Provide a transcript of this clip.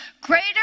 greater